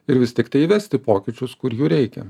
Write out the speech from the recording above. ir vis tiktai įvesti pokyčius kur jų reikia